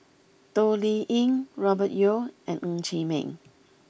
Toh Liying Robert Yeo and Ng Chee Meng